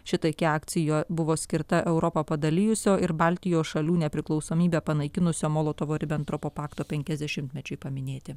ši taiki akcijo buvo skirta europą padalijusio ir baltijos šalių nepriklausomybę panaikinusio molotovo ribentropo pakto penkiasdešimmečiui paminėti